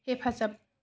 हेफाजाब